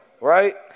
Right